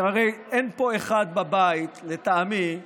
הרי אין פה אחד בבית, לטעמי,